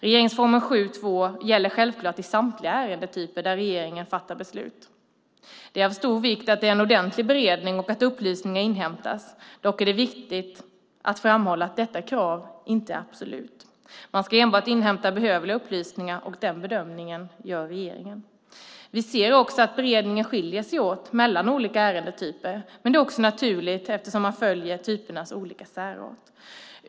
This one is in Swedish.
Regeringsformens 7:2 gäller självklart i samtliga ärendetyper där regeringen fattar beslut. Det är av stor vikt att det är en ordentlig beredning och att upplysningar inhämtas. Dock är det viktigt att framhålla att detta krav inte är absolut. Man ska enbart inhämta behövliga upplysningar, och den bedömningen gör regeringen. Vi ser också att beredningen skiljer sig åt mellan olika ärendetyper, men det är naturligt eftersom man följer typernas olika särart.